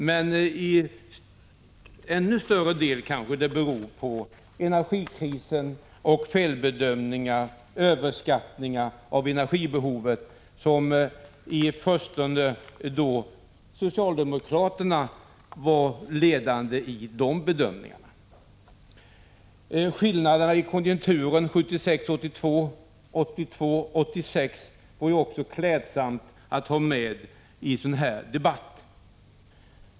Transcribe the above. Men i ännu högre grad kanske den beror på energikrisen, på felbedömningar och överskattningar av energibehovet. I förstone var det socialdemokraterna som var ledande vid dessa bedömningar. Skillnaderna i konjunkturer 1976-1982 och 1982-1986 vore också klädsamma att ha med i en sådan här debatt.